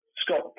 Scott